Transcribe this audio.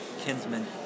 Kinsman